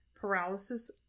paralysis